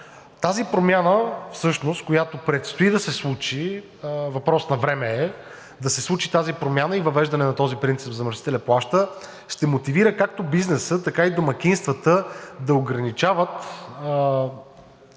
Тази промяна, която предстои да се случи – въпрос на време е да се случи, и въвеждане на принципа „замърсителят плаща“ ще мотивира както бизнеса, така и домакинствата да ограничават